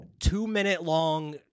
two-minute-long